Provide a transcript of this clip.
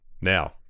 Now